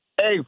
Hey